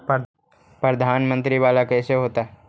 प्रधानमंत्री मंत्री वाला कैसे होता?